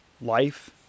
life